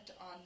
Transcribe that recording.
on